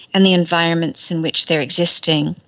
and the environments in which they are existing.